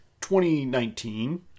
2019